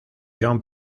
john